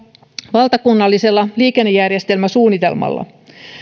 valtakunnallisella liikennejärjestelmäsuunnitelmalla